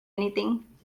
anything